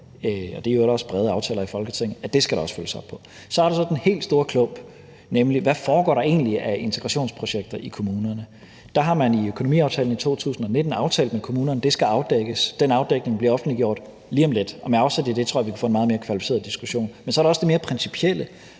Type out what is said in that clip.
og det er i øvrigt også brede aftaler i Folketinget – at det skal der også følges op på. Så er der så den helt store klump, nemlig hvad der egentlig foregår af integrationsprojekter i kommunerne. Der har man i økonomiaftalen i 2019 aftalt med kommunerne, at det skal afdækkes, og den afdækning bliver offentliggjort lige om lidt. Og med afsæt i det tror jeg vi kunne få en meget mere kvalificeret diskussion. Men så er der også det mere principielle,